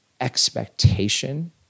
expectation